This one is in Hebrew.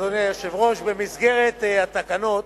אדוני היושב-ראש, במסגרת התקנות